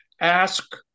ask